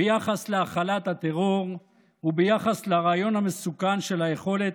ביחס להכלת הטרור וביחס לרעיון המסוכן של היכולת